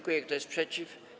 Kto jest przeciw?